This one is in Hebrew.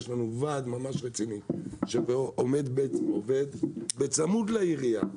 יש לנו ועד ממש רציני, שעובד בצמוד לעירייה,